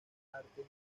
artes